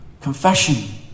Confession